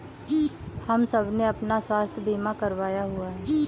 हम सबने अपना स्वास्थ्य बीमा करवाया हुआ है